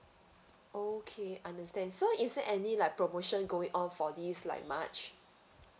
okay understand so is there any like promotion going on for this like march